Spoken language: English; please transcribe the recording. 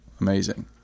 amazing